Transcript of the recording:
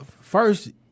First